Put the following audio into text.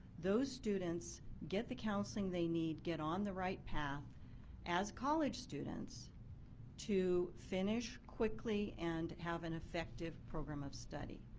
those students get the counseling they needcious get on the right path as college students to finish quickly and have an effective program of study.